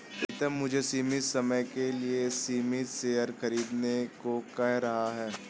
प्रितम मुझे सीमित समय के लिए सीमित शेयर खरीदने को कह रहा हैं